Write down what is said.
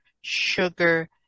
sugar